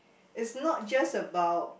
is not just about